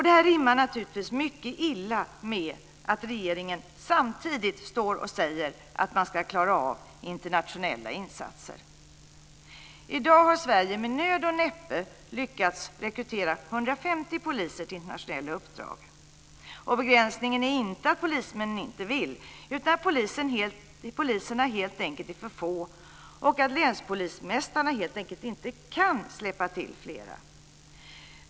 Det här rimmar naturligtvis mycket illa med att regeringen samtidigt säger att man ska klara av internationella insatser. I dag har Sverige med nöd och näppe lyckats rekrytera 150 poliser till internationella uppdrag. Begränsningen är inte att polismännen inte vill, utan att poliserna helt enkelt är för få och att länspolismästarna således inte kan släppa till fler.